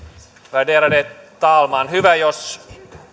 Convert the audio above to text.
värderade talman hyvä jos